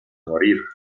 morir